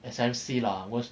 as I've said lah